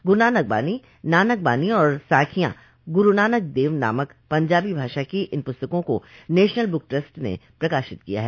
गुरू नानक बानी नानक बानी और साखियां गुरू नानक देव नामक पंजाबी भाषा की इन पुस्तकों को नेशनल बुक ट्रस्ट ने प्रकाशित किया है